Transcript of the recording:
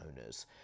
owners